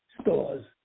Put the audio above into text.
stores